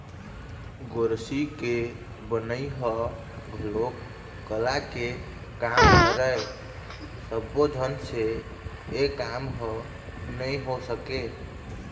गोरसी के बनई ह घलोक कला के काम हरय सब्बो झन से ए काम ह नइ हो सके